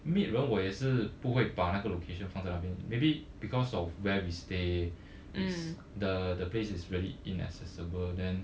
meet 人我也是不会把那个 location 放在那边 maybe because of where we stay is the the place is really inaccessible then